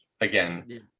again